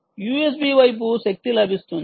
USB వైపు శక్తి లభిస్తుంది